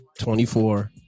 24